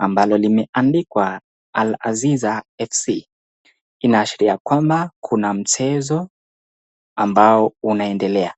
ambalo limeandikwa Aziza FC, inaashiria kwamba kuna mchezo ambao unaendelea .